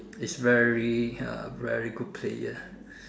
is very uh very good player